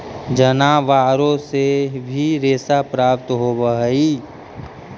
जनावारो से भी रेशा प्राप्त होवऽ हई